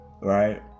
Right